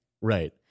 Right